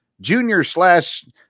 junior-slash-